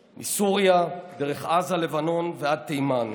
מסוריה, דרך עזה, לבנון ועד תימן.